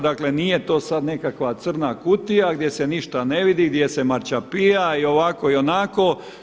Dakle, nije to sad nekakva crna kutija gdje se ništa ne vidi, gdje se marčapija i ovako i onako.